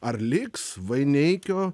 ar liks vaineikio